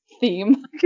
theme